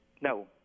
No